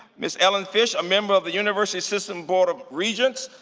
ms. ellen fish, a member of the university system board of regents,